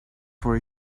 for